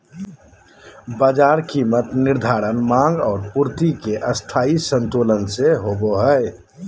बाजार कीमत निर्धारण माँग और पूर्ति के स्थायी संतुलन से होबो हइ